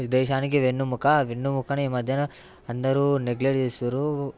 దేశానికి వెన్నుముక వెన్నుముకని ఈ మధ్యన అందరూ నెగ్లెట్ చేస్తుర్రు